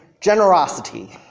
generosity